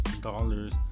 dollars